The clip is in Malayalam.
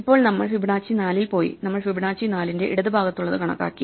ഇപ്പോൾ നമ്മൾ ഫിബനാച്ചി 4 ൽ പോയി നമ്മൾ ഫിബനാച്ചി 4ന്റെ ഇടതു ഭാഗത്തുള്ളത് കണക്കാക്കി